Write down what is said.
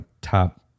top